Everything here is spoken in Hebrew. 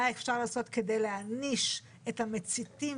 מה אפשר לעשות כדי להעניש את המציתים,